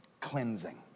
cleansing